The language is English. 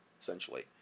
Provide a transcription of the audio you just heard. essentially